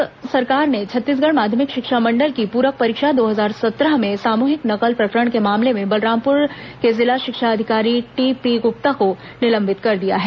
राज्य सरकार ने छत्तीसगढ़ माध्यमिक शिक्षा मंडल की पूरक परीक्षा दो हजार सत्रह में सामूहिक नकल प्रकरण के मामले में बलरामपुर के जिला शिक्षा अधिकारी आईपी गुप्ता को निलंबित कर दिया है